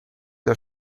der